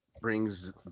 brings